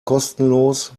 kostenlos